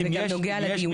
זה גם נוגע לדיון שלנו.